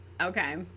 Okay